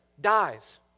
dies